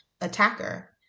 attacker